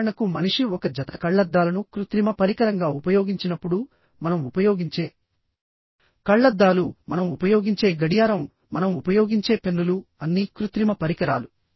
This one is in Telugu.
ఉదాహరణకు మనిషి ఒక జత కళ్లద్దాలను కృత్రిమ పరికరంగా ఉపయోగించినప్పుడు మనం ఉపయోగించే కళ్లద్దాలు మనం ఉపయోగించే గడియారం మనం ఉపయోగించే పెన్నులు అన్నీ కృత్రిమ పరికరాలు